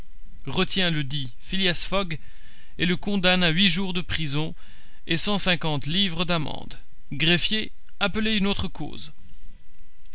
retient ledit phileas fogg et le condamne à huit jours de prison et cent cinquante livres d'amende greffier appelez une autre cause